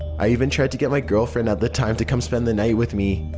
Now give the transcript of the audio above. i even tried to get my girlfriend-at-the-time to come spend the night with me,